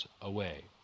away